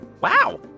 Wow